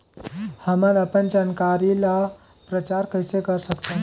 हमन अपन जानकारी ल प्रचार कइसे कर सकथन?